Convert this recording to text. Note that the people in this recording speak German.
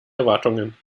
erwartungen